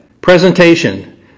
Presentation